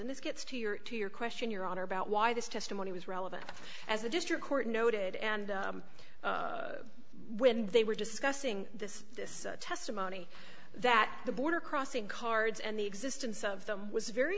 and this gets to your to your question your honor about why this testimony was relevant as the district court noted and when they were discussing this this testimony that the border crossing cards and the existence of them was very